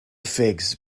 figs